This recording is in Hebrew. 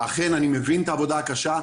אכן אני מבין את העבודה הקשה,